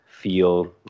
feel